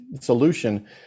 solution